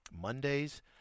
Mondays